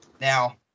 Now